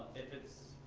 if it's